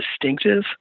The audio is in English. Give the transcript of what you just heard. distinctive